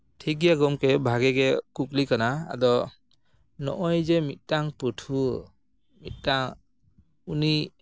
ᱴᱷᱤᱠ ᱜᱮᱭᱟ ᱜᱚᱢᱠᱮ ᱵᱷᱟᱹᱜᱤ ᱜᱮ ᱠᱩᱠᱞᱤ ᱠᱟᱱᱟ ᱟᱫᱚ ᱱᱚᱜᱼᱚᱭ ᱡᱮ ᱢᱤᱫᱴᱟᱱ ᱯᱟᱹᱴᱷᱩᱣᱟᱹ ᱢᱤᱫᱴᱟᱱ ᱩᱱᱤ